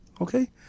okay